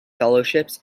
fellowships